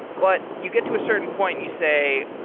but you get to a certain point and you say,